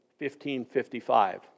1555